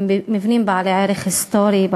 הם מבנים בעלי ערך היסטורי,